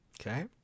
Okay